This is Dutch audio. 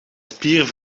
spier